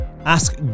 ask